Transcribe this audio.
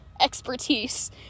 expertise